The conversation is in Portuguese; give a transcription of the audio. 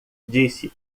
disse